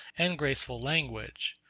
and graceful language.